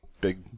big